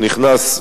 שנכנס,